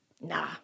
Nah